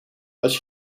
als